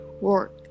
work